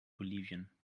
bolivien